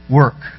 work